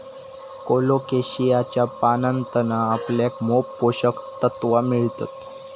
कोलोकेशियाच्या पानांतना आपल्याक मोप पोषक तत्त्वा मिळतत